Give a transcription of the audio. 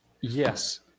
yes